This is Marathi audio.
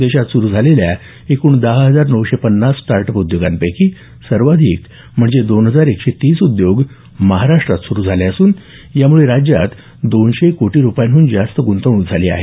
देशात सुरू झालेल्या एकूण दहा हजार नऊशे पन्नास स्टार्ट अप उद्योगांपैकी सर्वाधिक म्हणजे दोन हजार एकशे तीस उद्योग महाराष्ट्रात सुरू झाले असून यामुळे राज्यात दोनशे कोटी रुपयांहन जास्त गुंतवणूक झाली आहे